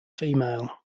female